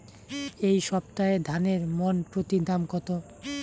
এই সপ্তাহে ধানের মন প্রতি দাম কত?